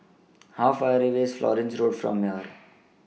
How Far away IS Florence Road from here